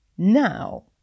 Now